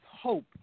hope